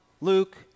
Luke